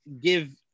give